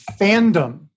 fandom